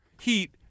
heat